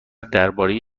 درباره